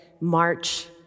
March